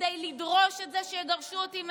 כדי לדרוש את זה שיגרשו אותי מהעיר.